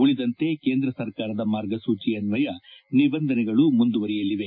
ಉಳಿದಂತೆ ಕೇಂದ್ರ ಸರ್ಕಾರದ ಮಾರ್ಗಸೂಚಿ ಅನ್ನಯ ನಿಬಂಧನೆಗಳು ಮುಂದುವರಿಯಲಿದೆ